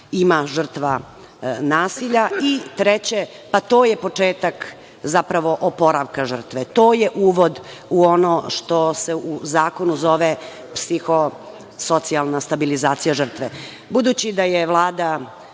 ima žrtva nasilja. Treće, pa to je početak zapravo oporavka žrtve. To je uvod u ono što se u zakonu zove psiho-socijalna stabilizacija žrtve. Budući da je Vlada